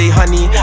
honey